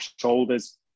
shoulders